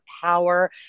power